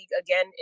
again